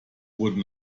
wurde